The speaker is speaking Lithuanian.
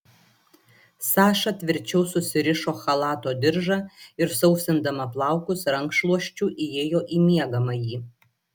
saša tvirčiau susirišo chalato diržą ir sausindama plaukus rankšluosčiu įėjo į miegamąjį